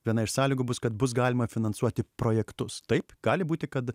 viena iš sąlygų bus kad bus galima finansuoti projektus taip gali būti kad